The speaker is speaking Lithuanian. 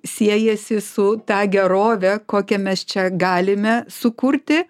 siejasi su ta gerove kokią mes čia galime sukurti